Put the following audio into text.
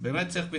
צריך באמת פתרון,